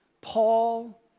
Paul